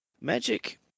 magic